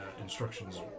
instructions